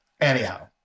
Anyhow